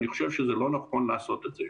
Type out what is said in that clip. אני חושב שזה לא נכון לעשות את זה.